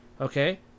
okay